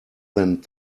than